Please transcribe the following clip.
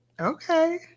Okay